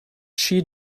she